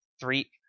three